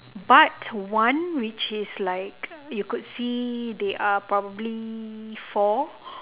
but one which is like you could see they are probably four